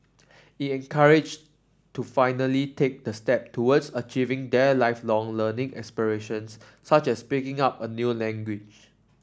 it encouraged to finally take the step towards achieving their Lifelong Learning aspirations such as picking up a new language